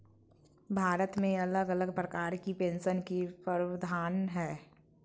भारत मे अलग अलग प्रकार के पेंशन के प्रावधान हय